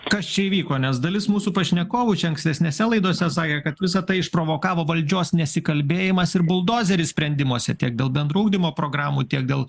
kas čia įvyko nes dalis mūsų pašnekovų čia ankstesnėse laidose sakė kad visa tai išprovokavo valdžios nesikalbėjimas ir buldozeris sprendimuose tiek dėl bendrų ugdymo programų tiek dėl